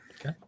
Okay